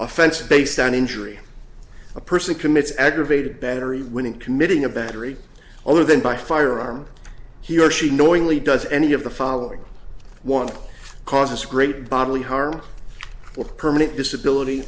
offense based on injury a person commits aggravated battery when committing a battery other than by firearm he or she knowingly does any of the following one causes great bodily harm permanent disability